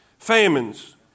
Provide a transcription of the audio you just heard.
Famines